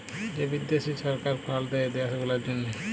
যে বিদ্যাশি সরকার ফাল্ড দেয় দ্যাশ গুলার জ্যনহে